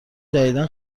جدیدا